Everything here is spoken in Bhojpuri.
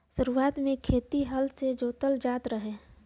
शुरुआत में खेत हल से जोतल जात रहल